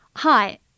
Hi